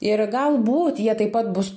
ir galbūt jie taip pat bus